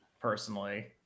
personally